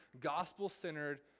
gospel-centered